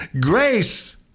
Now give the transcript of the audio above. grace